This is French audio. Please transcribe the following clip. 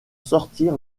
sortir